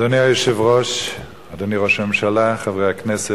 אדוני היושב-ראש, אדוני ראש הממשלה, חברי הכנסת,